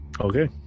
Okay